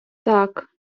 так